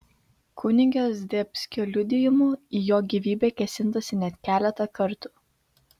kunigo zdebskio liudijimu į jo gyvybę kėsintasi net keletą kartų